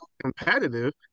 competitive